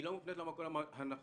היא לא מופנית למקום הנכון,